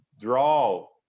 draw